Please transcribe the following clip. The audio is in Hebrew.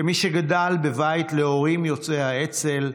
כמי שגדל בבית להורים יוצא האצ"ל,